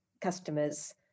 customers